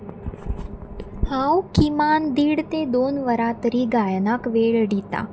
हांव किमान दीड ते दोन वरां तरी गायनाक वेळ दितां